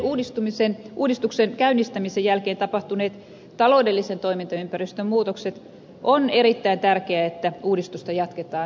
huomioiden uudistuksen käynnistämisen jälkeen tapahtuneet taloudellisen toimintaympäristön muutokset on erittäin tärkeää että uudistusta jatketaan määrätietoisesti